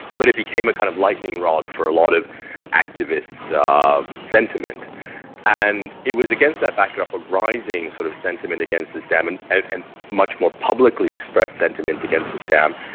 but it became a kind of lightning rod for a lot of activist um sentiment and it was against that backdrop of rising sort of sentiment against this dam and and much more publicly expressed sentiment against this dam,